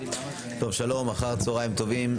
שלום, אחר הצהריים טובים.